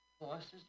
bosses